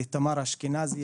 לתמר אשכנזי,